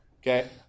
Okay